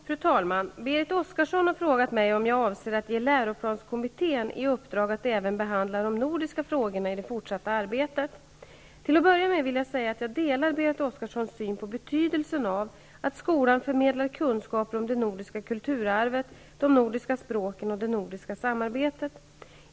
Fru talman! Berit Oscarsson har frågat mig om jag avser att ge läroplanskommittén i uppdrag att även behandla de nordiska frågorna i det fortsatta arbetet. Till att börja med vill jag säga att jag delar Berit Oscarssons syn på betydelsen av att skolan förmedlar kunskaper om det nordiska kulturarvet, de nordiska språken och det nordiska samarbetet.